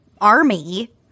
Army